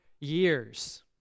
years